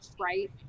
right